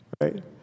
Right